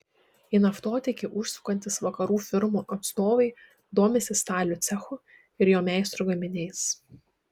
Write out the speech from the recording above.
į naftotiekį užsukantys vakarų firmų atstovai domisi stalių cechu ir jo meistrų gaminiais